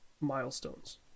milestones